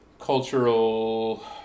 cultural